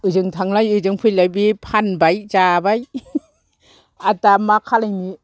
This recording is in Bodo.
ओजों थांलाय ओजों फैलाय बे फानबाय जाबाय आर दा मा खालायनो